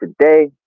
today